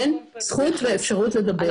אין להם זכות ואפשרות לדבר.